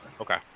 Okay